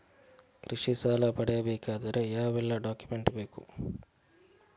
ಕೃಷಿ ಸಾಲ ಪಡೆಯಬೇಕಾದರೆ ಯಾವೆಲ್ಲ ಡಾಕ್ಯುಮೆಂಟ್ ಬೇಕು?